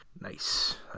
Nice